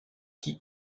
qui